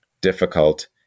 difficult